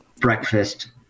breakfast